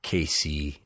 Casey